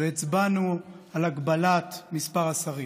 והצבענו על הגבלת מספר השרים.